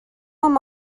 amb